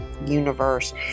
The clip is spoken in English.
universe